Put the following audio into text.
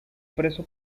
preso